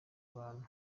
abantu